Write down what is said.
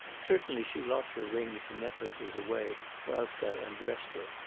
certainly she locked her rings and necklaces away whilst i undressed her.